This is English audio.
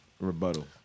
rebuttal